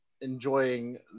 enjoying